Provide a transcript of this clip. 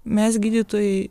mes gydytojai